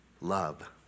love